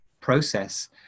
process